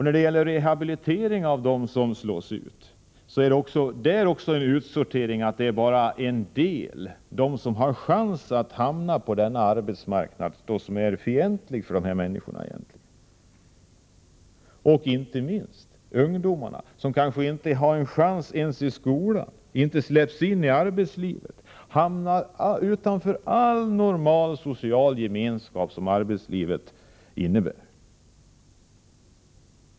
När det gäller rehabilitering av dem som slås ut förekommer också en utsortering. Det är bara en del som har chans att hamna på arbetsmarknaden, som egentligen är fientlig mot dessa människor. Inte minst gäller detta ungdomar, som kanske inte har en chans i skolan, inte släpps in i arbetslivet utan hamnar utanför all normal social gemenskap som arbetslivet innebär.